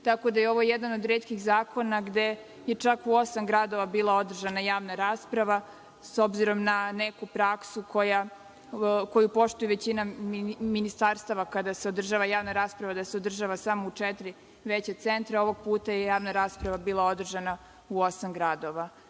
tako da je ovo jedan od retkih zakona gde je čak u osam gradova bila održana javna rasprava. S obzirom na neku praksu koju poštuje većina ministarstava kada se održava javna rasprava, da se održava samo u četiri veća centra, ovog puta je javna rasprava bila održana u osam gradova. Takođe